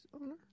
owner